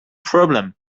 problem